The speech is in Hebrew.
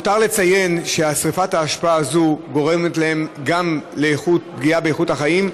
למותר לציין ששרפת האשפה הזאת גורמת להם גם פגיעה באיכות החיים,